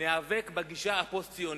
ניאבק בגישה הפוסט-ציונית,